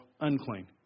unclean